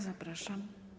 Zapraszam.